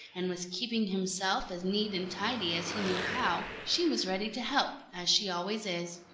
and was keeping himself as neat and tidy as he knew how, she was ready to help, as she always is.